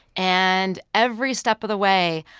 and every step of the way,